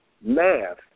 math